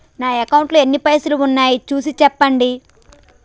నా అకౌంట్లో ఎన్ని పైసలు ఉన్నాయి చూసి చెప్పండి?